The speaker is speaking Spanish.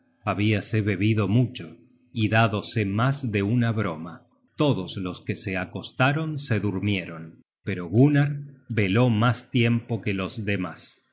noche habíase bebido mucho y dádose mas de una broma todos los que se acostaron se durmieron pero gunnar veló mas tiempo que los demas